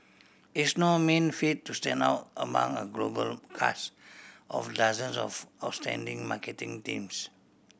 it's no mean feat to stand out among a global cast of dozens of outstanding marketing teams